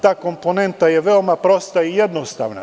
Ta komponenta je veoma prosta i jednostavna.